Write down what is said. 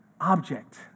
object